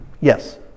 Yes